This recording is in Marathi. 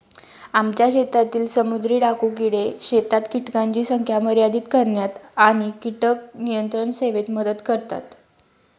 आमच्या शेतातील समुद्री डाकू किडे शेतात कीटकांची संख्या मर्यादित करण्यात आणि कीटक नियंत्रण सेवेत मदत करतात